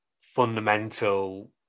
fundamental